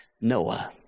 Noah